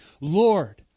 Lord